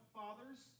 fathers